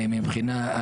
מבחינה,